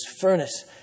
furnace